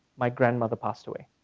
my grandmother passed away,